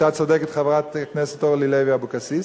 צדקה חברת הכנסת אורלי לוי אבקסיס,